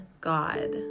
God